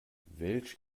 welch